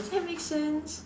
that makes sense